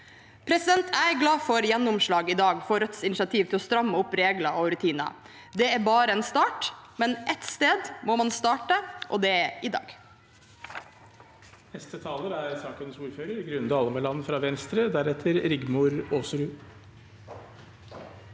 Jeg er glad for gjennomslag i dag for Rødts initiativ til å stramme opp regler og rutiner. Det er bare en start, men ett sted må man starte, og det skjer i dag.